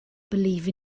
believe